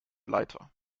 leiter